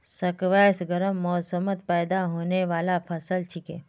squash गर्म मौसमत पैदा होने बाला फसल छिके